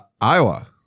Iowa